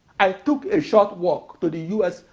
i took a short walk to the u s.